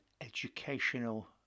educational